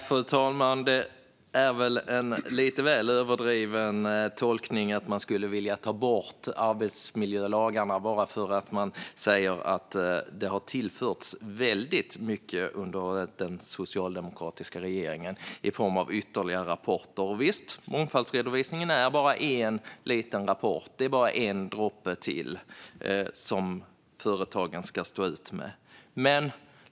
Fru talman! Det var en lite väl överdriven tolkning att säga att man skulle vilja ta bort arbetsmiljölagarna bara för att man säger att väldigt mycket har tillförts under den socialdemokratiska regeringen i form av ytterligare rapporter. Jovisst, mångfaldsredovisningen är bara en liten rapport, bara en droppe till, som företagen ska stå ut med.